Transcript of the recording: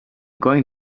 going